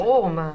ברור, מה.